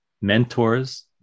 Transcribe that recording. mentors